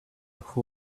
who